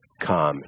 come